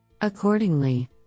Accordingly